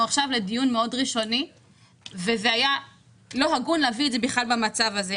עכשיו לדיון מאוד ראשוני וזה היה לא הגון להביא את זה במצב הזה.